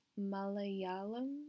Malayalam